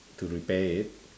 to repair it